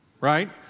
right